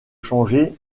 changer